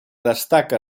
destaca